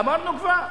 אמרנו כבר?